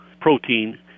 protein